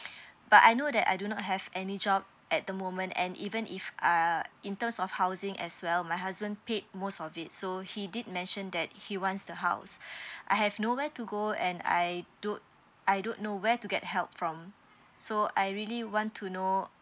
but I know that I do not have any job at the moment and even if err in terms of housing as well my husband paid most of it so he did mention that he wants the house I have nowhere to go and I don't I don't know where to get help from so I really want to know